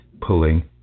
pulling